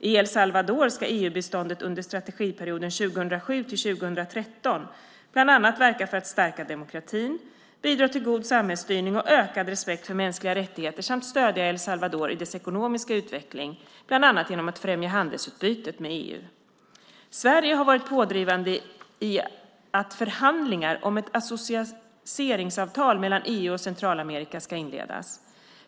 I El Salvador ska EU-biståndet under strategiperioden 2007-2013 bland annat verka för att stärka demokratin, bidra till god samhällsstyrning och ökad respekt för mänskliga rättigheter samt stödja El Salvador i dess ekonomiska utveckling, bland annat genom att främja handelsutbytet med EU. Sverige har varit pådrivande i att förhandlingar om ett associeringsavtal mellan EU och Centralamerika ska inledas.